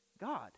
God